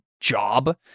job